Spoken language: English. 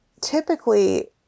typically